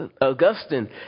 Augustine